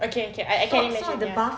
okay okay I can imagine ya